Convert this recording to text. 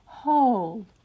Hold